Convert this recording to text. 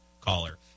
caller